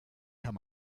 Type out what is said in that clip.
kann